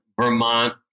Vermont